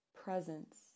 presence